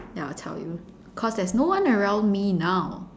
then I'll tell you cause there's no one around me now